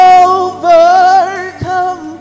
overcome